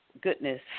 goodness